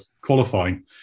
qualifying